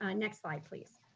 ah next slide, please.